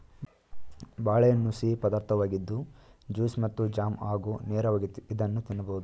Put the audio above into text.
ಬಾಳೆಹಣ್ಣು ಸಿಹಿ ಪದಾರ್ಥವಾಗಿದ್ದು ಜ್ಯೂಸ್ ಮತ್ತು ಜಾಮ್ ಹಾಗೂ ನೇರವಾಗಿ ಇದನ್ನು ತಿನ್ನಬೋದು